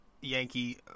Yankee